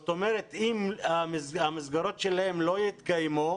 אם המסגרות האלה לא יתקיימו,